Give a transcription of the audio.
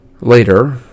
Later